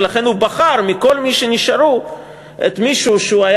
ולכן הוא בחר מכל מי שנשארו מישהו שהיה